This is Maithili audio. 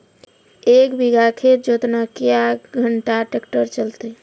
एक बीघा खेत जोतना क्या घंटा ट्रैक्टर चलते?